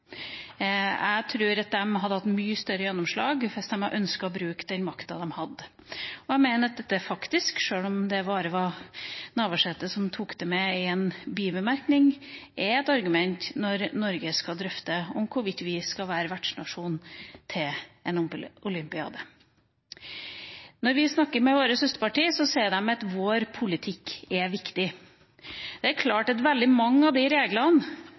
Jeg tror at de hadde hatt mye større gjennomslag hvis de hadde ønsket å bruke den makta de har. Jeg mener at dette, sjøl om det bare var Navarsete som tok det med i en bibemerkning, faktisk er et argument når vi i Norge skal drøfte hvorvidt vi skal være vertsnasjon til et OL. Når vi snakker med vårt søsterparti, sier de at vår politikk er viktig. Det er klart at veldig mange av de reglene